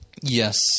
Yes